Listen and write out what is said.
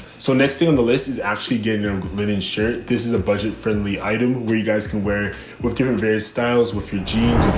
so next thing on the list is actually getting them linen shirt. this is a budget friendly item where you guys can wear with different various styles with your jeans,